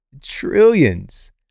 trillions